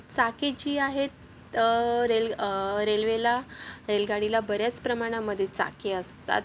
चाके जी आहेत रेल रेल्वेला रेलगाडीला बऱ्याच प्रमाणामध्ये चाके असतात